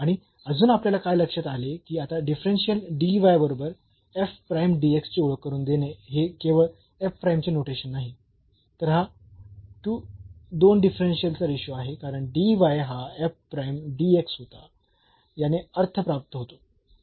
आणि अजून आपल्याला काय लक्षात आले की आता डिफरन्शियल बरोबर ची ओळख करून देणे हे केवळ चे नोटेशन नाही तर हा 2 डिफरन्शियल चा रेशो आहे कारण हा होता याने अर्थ प्राप्त होतो